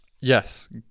yes